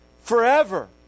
forever